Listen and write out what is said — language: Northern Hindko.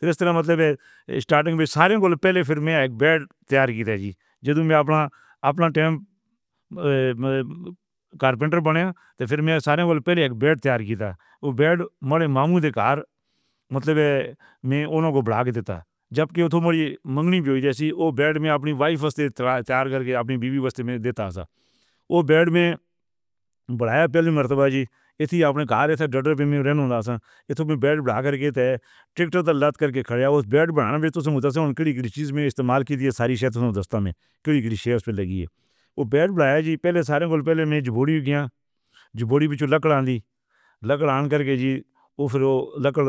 پھر اس طرح مطلب سٹارٹنگ میں سارے پہلے پھر میں اک بید تیار کی تھی جی جو اپنا اپنا ٹائم کارپنٹر بنے تو پھر میں سارے بید تیار کی تھی، او بید مامودے کار مطلب میں انہاں کو بڑھا دیندا۔ جدوں کے او بید میں اپنی وائف اپݨی بیوی دیندا ہے سر او بید میں بڑھایا جی ایسے ہی آپݨے کہا ہے۔ او بید جی پہلے سارے گول پہلے میں جو بوری ہو گیا جی او پھر او لکڑ